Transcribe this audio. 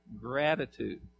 Gratitude